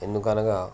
ఎందుకనగా